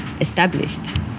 established